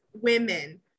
women